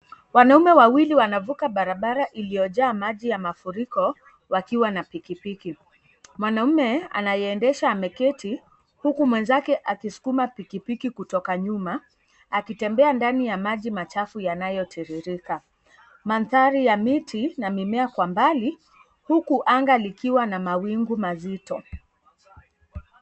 Wanaume wawili wanafuka barabara iliyojaa maji ya mafuriko, wakiwa na pikipiki. Mwanaume, anaye endesha ameketi huku mwenzake akisukuma pikipiki kutoka nyuma, akitembea ndani ya maji machafu yanayo tiririka. Mandhari ya miti na mimea kwa mbali, huku anga likiwa na mawingu mazito.